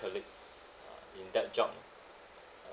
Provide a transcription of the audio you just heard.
colleague in that job